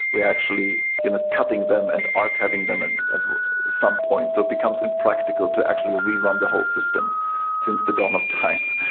actually you know cutting them and archiving them and at some point. so it becomes impractical to actually rerun the whole system since the dawn of time.